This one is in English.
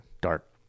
dark